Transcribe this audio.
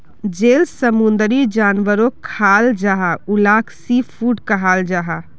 जेल समुंदरी जानवरोक खाल जाहा उलाक सी फ़ूड कहाल जाहा